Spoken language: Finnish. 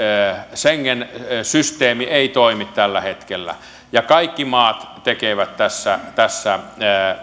schengen systeemi ei toimi tällä hetkellä ja kaikki maat tekevät tässä tässä